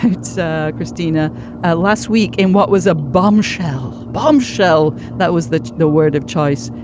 it's ah christina last week in what was a bombshell. bombshell. that was the the word of choice.